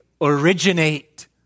originate